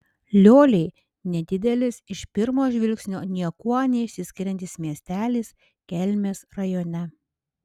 lioliai nedidelis iš pirmo žvilgsnio niekuo neišsiskiriantis miestelis kelmės rajone